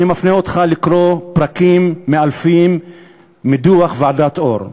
אני מפנה אותך לקרוא פרקים מאלפים מדוח ועדת אור.